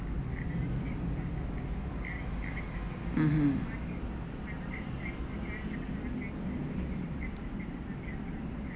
mmhmm